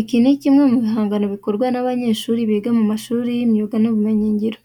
Iki ni kimwe mu bihangano bikorwa n'abanyeshuri biga mu mashuri y'imyuga n'ubumenyingiro.